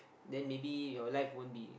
then maybe your life won't be